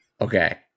Okay